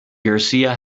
garcia